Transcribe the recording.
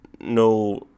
No